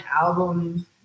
album